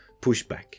pushback